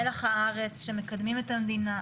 מלח הארץ שמקדמים את המדינה,